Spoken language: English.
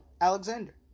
Alexander